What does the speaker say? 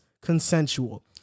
consensual